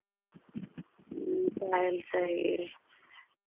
पायल चाहिए